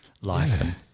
life